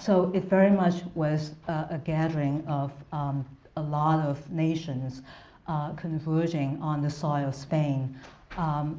so it very much was a gathering of um a lot of nations converging on the soil of spain